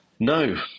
no